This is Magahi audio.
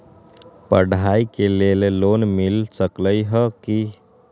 पढाई के लेल लोन मिल सकलई ह की?